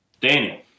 Daniel